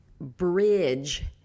bridge